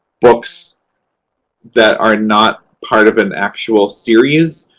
books that are not part of an actual series.